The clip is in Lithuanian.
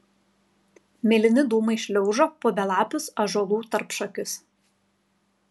mėlyni dūmai šliaužo po belapius ąžuolų tarpšakius